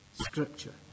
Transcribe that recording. Scripture